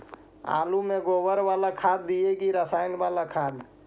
आलु में गोबर बाला खाद दियै कि रसायन बाला खाद?